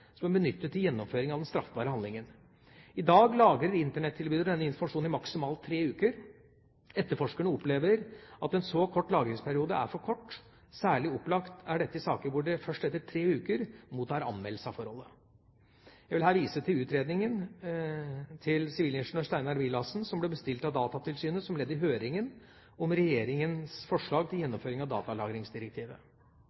som er benyttet til gjennomføring av den straffbare handlingen. I dag lagrer Internett-tilbyderne denne informasjonen i maksimalt tre uker. Etterforskerne opplever at en så kort lagringsperiode er for kort. Særlig opplagt er dette i saker hvor de først etter tre uker mottar anmeldelse av forholdet. Jeg vil her vise til utredningen til sivilingeniør Svein Willassen, som ble bestilt av Datatilsynet som ledd i høringen om regjeringas forslag til